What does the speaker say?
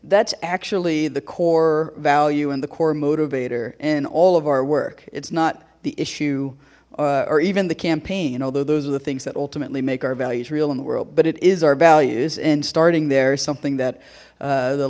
that's actually the core value and the core motivator in all of our work it's not the issue or even the campaign although those are the things that ultimately make our values real in the world but it is our values and starting they're something that